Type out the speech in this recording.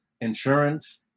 insurance